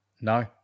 No